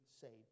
saved